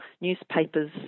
newspapers